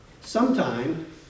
Sometime